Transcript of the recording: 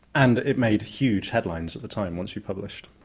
and it made huge headlines at the time once you published.